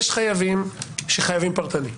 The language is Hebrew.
יש חייבים שחייבים פרטני.